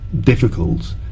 difficult